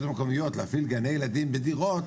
המקומיות להפעיל את גני הילדים בדירות,